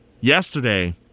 yesterday